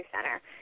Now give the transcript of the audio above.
Center